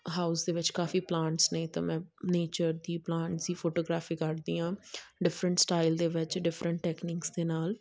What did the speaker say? house ਦੇ ਵਿੱਚ ਕਾਫ਼ੀ ਪਲਾਂਟਸ ਨੇ ਤਾਂ ਮੈਂ ਨੇਚਰ ਦੀ ਪਲਾਂਟਸ ਦੀ ਫੋਟੋਗ੍ਰਾਫੀ ਕਰਦੀ ਹਾਂ ਡਿਫਰੈਂਟ ਸਟਾਈਲ ਦੇ ਵਿੱਚ ਡਿਫਰੈਂਟ ਟੈਕਨੀਕਸ ਦੇ ਨਾਲ